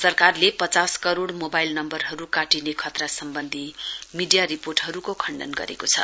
सरकारले पचास करोड़ मोवाइल नम्बरहरु काटिने खतरा सम्वनधी मीडिया रिपोर्टहरुको खण्डन गरेको छ